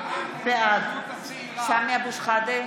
בעד סמי אבו שחאדה,